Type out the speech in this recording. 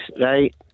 right